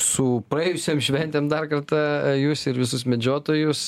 su praėjusiom šventėm dar kartą jus ir visus medžiotojus